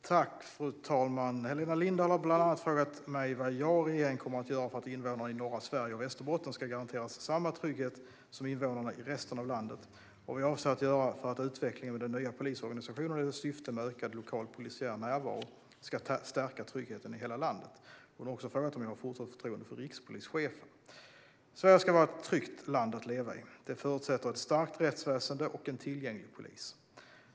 Fru talman! Helena Lindahl har bland annat frågat mig vad jag och regeringen kommer att göra för att invånarna i norra Sverige och Västerbotten ska garanteras samma trygghet som invånarna i resten av landet och vad jag avser att göra för att utvecklingen med den nya polisorganisationen och dess syfte med ökad lokal polisiär närvaro ska stärka tryggheten i hela landet. Hon har också frågat om jag har fortsatt förtroende för rikspolischefen. Sverige ska vara ett tryggt land att leva i. Det förutsätter ett starkt rättsväsen och en tillgänglig polis.